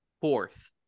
fourth